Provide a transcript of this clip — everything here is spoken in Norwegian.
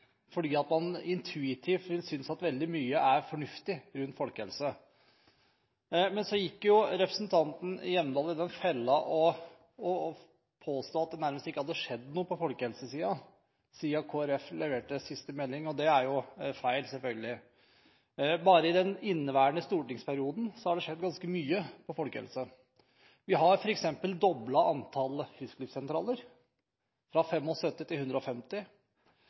intuitivt vil man synes at veldig mye er fornuftig rundt folkehelse. Men så gikk representanten Hjemdal i fellen ved å påstå at det nærmest ikke hadde skjedd noe på folkehelsesiden siden Kristelig Folkeparti leverte siste melding. Det er jo feil, selvfølgelig. Bare i den inneværende stortingsperioden har det skjedd ganske mye på folkehelsesiden. Man har f.eks. doblet antallet frisklivssentraler, fra 75 til 150.